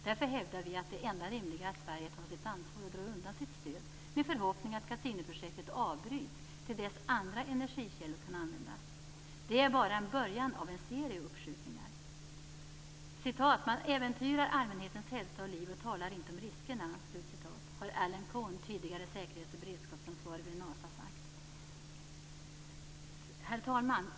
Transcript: Därför hävdar vi att det enda rimliga är att Sverige tar sitt ansvar och drar undan sitt stöd, med förhoppning att Cassiniprojektet avbryts till dess att andra energikällor kan användas. Det är bara fråga om en början av en serie av uppskjutningar. "Man äventyrar allmänhetens hälsa och liv och talar inte om riskerna", har Alan Kohn, tidigare säkerhets och beredskapsansvarig vid NASA sagt. Herr talman!